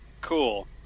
Cool